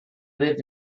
lived